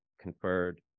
conferred